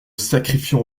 sacrifiait